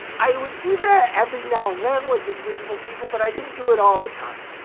i would do that every now and then with invisible people but i didn't do it all the time.